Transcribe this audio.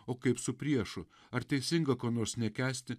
o kaip su priešu ar teisinga ko nors nekęsti